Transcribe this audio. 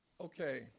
okay